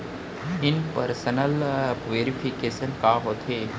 In person verification का होथे?